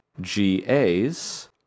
GA's